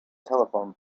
telephone